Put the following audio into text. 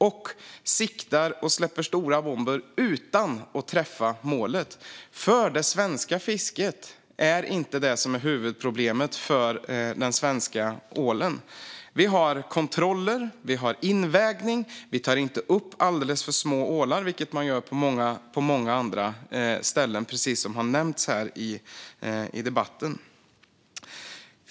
Man siktar och släpper stora bomber utan att träffa målet. Det svenska fisket är inte huvudproblemet för den svenska ålen. Vi har kontroller. Vi har invägning. Vi tar inte upp alldeles för små ålar, vilket man gör på många andra ställen, precis som har nämnts i debatten.